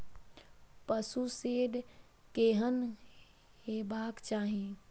पशु शेड केहन हेबाक चाही?